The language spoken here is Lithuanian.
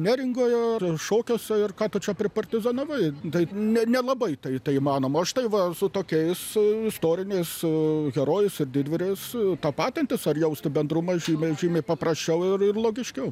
neringoje ir šokiuose ir ką tu čia pripartizanavai tai ne nelabai tai įmanoma o štai va su tokiais istoriniais herojais ir didvyriais tapatintis ar jausti bendrumą žymiai žymiai paprasčiau ir logiškiau